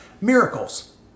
miracles